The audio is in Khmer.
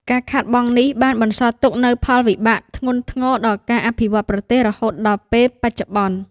ការខាតបង់នេះបានបន្សល់ទុកនូវផលវិបាកធ្ងន់ធ្ងរដល់ការអភិវឌ្ឍប្រទេសរហូតដល់ពេលបច្ចុប្បន្ន។